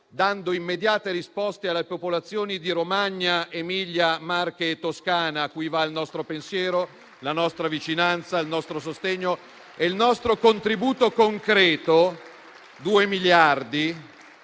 dando immediate risposte alla popolazione di Romagna, Emilia, Marche e Toscana, cui vanno il nostro pensiero, la nostra vicinanza, il nostro sostegno e il nostro contributo concreto: due miliardi.